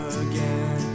again